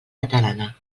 catalana